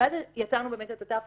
ואז יצרנו את אותה פונקציה,